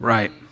Right